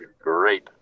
great